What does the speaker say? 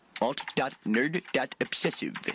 Alt.nerd.obsessive